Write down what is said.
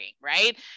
right